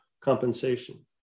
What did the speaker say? compensation